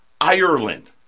Ireland